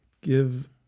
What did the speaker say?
give